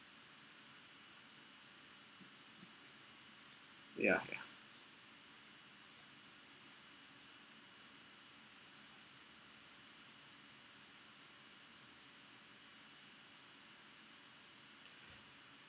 ya